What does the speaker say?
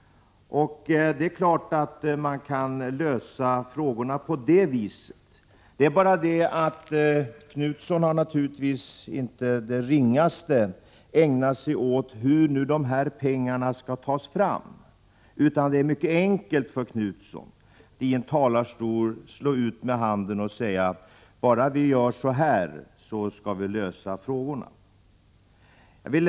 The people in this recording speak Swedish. Det är klart att man kan lösa frågorna på det viset. Det är bara så att Göthe Knutson naturligtvis inte det ringaste ägnat sig åt att fundera hur dessa pengar skall tas fram. Det är mycket enkelt för Knutson att i en talarstol slå ut med händerna och säga: Bara vi gör så här, skall vi lösa frågorna.